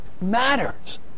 matters